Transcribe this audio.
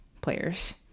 players